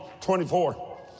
24